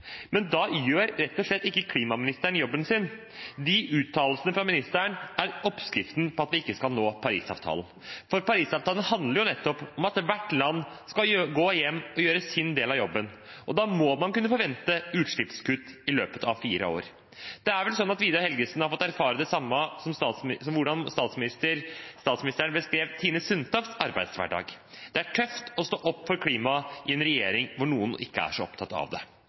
Men da gjør klimaministeren rett og slett ikke jobben sin. De uttalelsene fra ministeren er oppskriften på at man ikke skal nå Paris-avtalen. For Paris-avtalen handler nettopp om at hvert land skal gå hjem og gjøre sin del av jobben. Da må man kunne forvente utslippskutt i løpet av fire år. Det er vel sånn at Vidar Helgesen har fått erfare det samme som da statsministeren beskrev Tine Sundtofts arbeidshverdag: Det er tøft å stå opp for klimaet i en regjering hvor noen ikke er så opptatt av det.